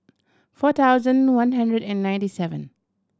four thousand one hundred and ninety seven